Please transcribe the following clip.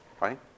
right